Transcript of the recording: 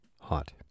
Hot